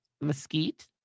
Mesquite